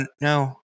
No